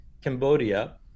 Cambodia